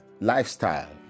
lifestyle